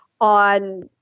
on